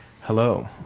Hello